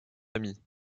amis